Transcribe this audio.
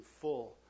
full